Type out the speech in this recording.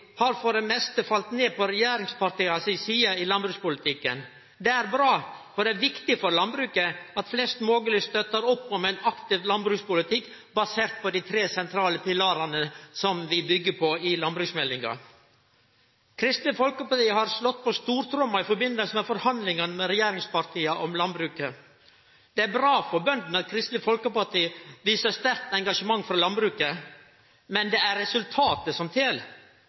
har for det meste falle ned på regjeringspartia si side i landbrukspolitikken. Det er bra, for det er viktig for landbruket at flest mogleg støttar opp om ein aktiv landbrukspolitikk basert på dei tre sentrale pilarane som vi byggjer på i landbruksmeldinga. Kristeleg Folkeparti har slått på stortromma i samband med forhandlingane med regjeringspartia om landbruket. Det er bra for bøndene at Kristeleg Folkeparti viser sterkt engasjement for landbruket, men det er resultatet som tel.